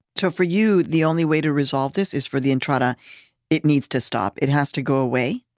so for you, the only way to resolve this is for the entrada it needs to stop, it has to go away?